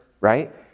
right